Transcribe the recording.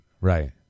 right